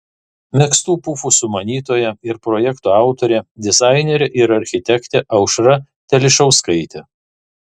megztų pufų sumanytoja ir projekto autorė dizainerė ir architektė aušra telišauskaitė